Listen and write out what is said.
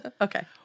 Okay